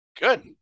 Good